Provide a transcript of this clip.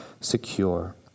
secure